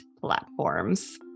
platforms